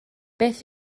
beth